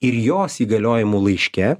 ir jos įgaliojimų laiške